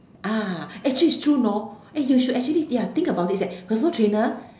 ah actually is true know eh you should actually ya think about this eh personal trainer